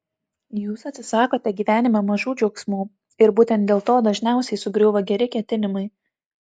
jūs atsisakote gyvenime mažų džiaugsmų ir būtent dėl to dažniausiai sugriūva geri ketinimai